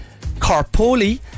Carpoli